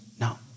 No